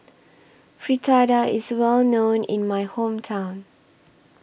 Fritada IS Well known in My Hometown